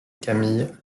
camille